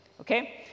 okay